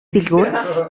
дэлгүүр